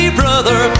brother